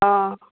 অঁ